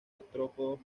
artrópodos